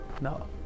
No